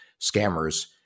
scammers